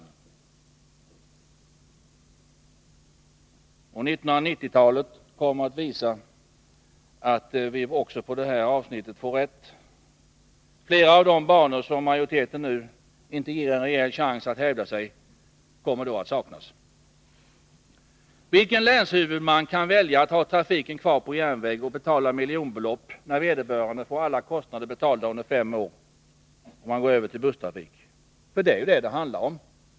1990-talet kommer att visa att vi också på det här avsnittet får rätt. Flera av de banor som majoriteten nu inte ger en rejäl chans att hävda sig kommer då att saknas. Vilken länshuvudman kan välja att ha trafiken kvar på järnväg och betala miljonbelopp, när vederbörande får alla kostnader betalda under fem år om man går över till busstrafik? Det är ju vad det handlar om.